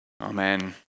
Amen